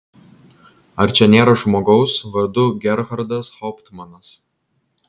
ar čia nėra žmogaus vardu gerhardas hauptmanas